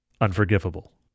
unforgivable